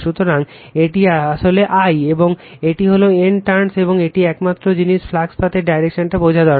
সুতরাং এটি আসলে I এবং এটি হল N টার্নস এবং এটি একমাত্র জিনিস ফ্লাক্স পাথের ডিরেকশনটা বোঝা দরকার